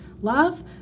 love